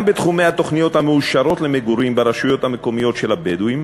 גם בתחומי התוכניות המאושרות למגורים ברשויות המקומיות של הבדואים